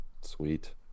Sweet